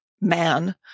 man